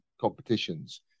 competitions